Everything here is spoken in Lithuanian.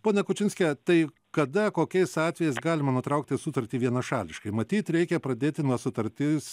ponia kučinske tai kada kokiais atvejais galima nutraukti sutartį vienašališkai matyt reikia pradėti nuo sutartis